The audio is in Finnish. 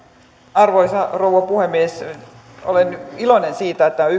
arvoisa rouva puhemies olen iloinen siitä että on